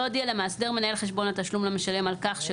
לא הודיע למאסדר מנהל חשבון התשלום למשלם על כך,